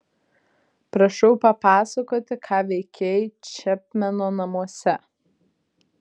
prašau papasakoti ką veikei čepmeno namuose